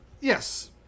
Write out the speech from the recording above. Yes